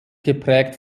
geprägt